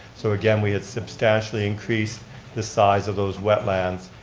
so again, we had substantially increased the size of those wetlands.